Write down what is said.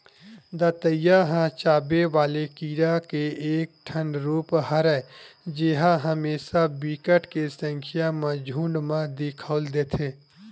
दतइया ह चाबे वाले कीरा के एक ठन रुप हरय जेहा हमेसा बिकट के संख्या म झुंठ म दिखउल देथे